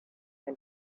and